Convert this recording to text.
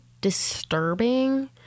disturbing